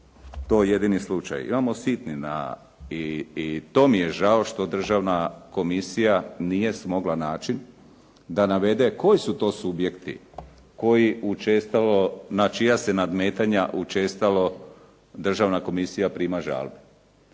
to jedini slučaj. imamo sitni i to mi je žao što Državna komisija nije smogla način da navede koji su to subjekti koji učestalo, na čija se nadmetanja učestalo Državna komisija prima žalbe.